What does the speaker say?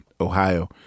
Ohio